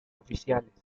oficiales